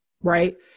Right